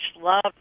love